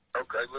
Okay